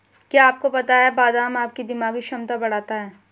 क्या आपको पता है बादाम आपकी दिमागी क्षमता बढ़ाता है?